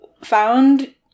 found